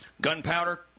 Gunpowder